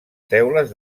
teules